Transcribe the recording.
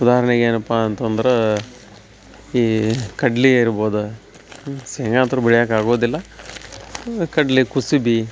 ಉದಾಹರ್ಣೆಗೆ ಏನಪ್ಪ ಅಂತಂದ್ರ ಈ ಕಡ್ಲಿ ಇರ್ಬೋದ ಶೇಂಗ ಅಂತ್ರು ಬೆಳಿಯಕ್ಕೆ ಆಗೋದಿಲ್ಲ ಕಡ್ಲೆ ಕುಸುಬಿ